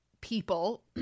people